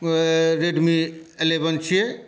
जे Redmi eleven छियै